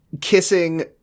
kissing